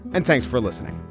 and thanks for listening